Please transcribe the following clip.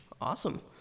Awesome